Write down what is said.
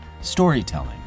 storytelling